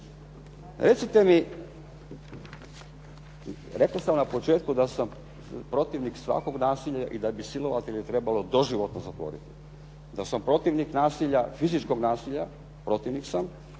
Recite mi, rekao sam na početku da sam protivnik svakog nasilja i da bi silovatelje trebalo doživotno zatvoriti. Da sam protivnik nasilja, fizičkog nasilja protivnik sam